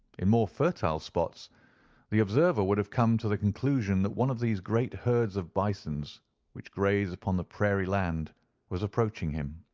in more fertile spots the observer would have come to the conclusion that one of those great herds of bisons which graze upon the prairie land was approaching him.